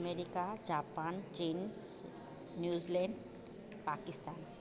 America Japan चीन New Zealand Pakistan